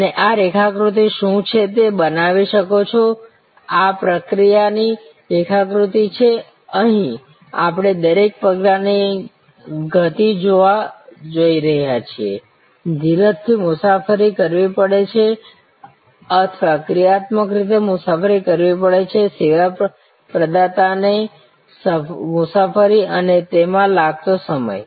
અને આ રેખાકૃતિ શું છે તે બનાવી શકો છો આ પ્રક્રિયા ની રેખાકૃતિ છે અહીં આપણે દરેક પગલાની ગતિ જોઈ રહ્યા છીએ ધીરજથી મુસાફરી કરવી પડે છે અથવા ક્રિયાત્મક રીતે મુસાફરી કરવી પડે છે સેવા પ્રદાતાએ મુસાફરી અને તેમાં લાગતો સમય